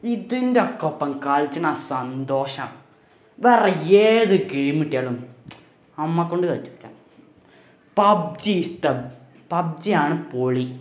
ഇതിൻറ്റൊക്കൊപ്പം കളിക്കണ സന്തോഷം വേറെ ഏത് ഗെയിം കിട്ടിയാലും നമ്മക്കൊണ്ട് പറ്റില്ല പബ്ജിസ്തം പബ്ജിയാണ് പൊളി